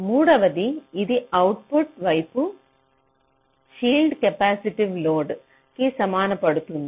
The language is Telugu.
మూడవదిగా ఇది అవుట్పుట్ వైపు షీల్డ్ కెపాసిటివ్ లోడ్ కి సహాయపడుతుంది